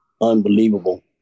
unbelievable